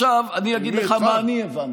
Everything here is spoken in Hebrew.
אני אגיד לך מה אני הבנתי,